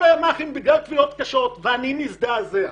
הימ"חים בגלל קבילות קשות ואני מזדעזע,